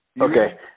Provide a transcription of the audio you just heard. Okay